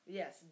yes